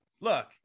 look